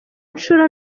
nshuro